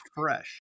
fresh